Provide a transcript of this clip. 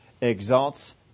exalts